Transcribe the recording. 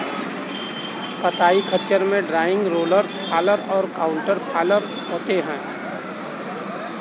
कताई खच्चर में ड्रॉइंग, रोलर्स फॉलर और काउंटर फॉलर होते हैं